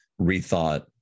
rethought